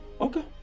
Okay